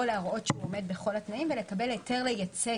ולהראות שהוא עומד בכל התנאים ולקבל גם היתר לייצא